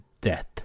death